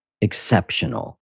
exceptional